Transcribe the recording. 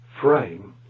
frame